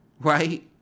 right